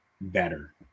better